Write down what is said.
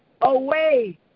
away